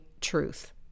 truth